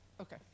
Okay